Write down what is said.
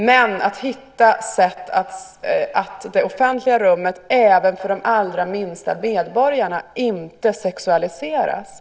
Men vi måste hitta sätt att göra så att det offentliga rummet inte sexualiseras - inte heller för de allra minsta medborgarna.